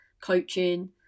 coaching